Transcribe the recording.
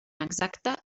exacta